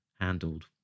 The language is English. handled